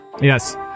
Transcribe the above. Yes